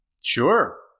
Sure